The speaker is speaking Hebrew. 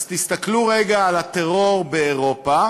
אז תסתכלו רגע על הטרור באירופה